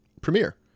premiere